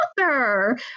author